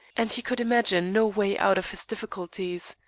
and he could imagine no way out of his difficulties.